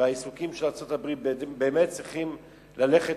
והעיסוקים של ארצות-הברית באמת צריכים ללכת